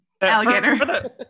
alligator